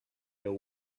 know